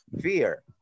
fear